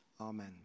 amen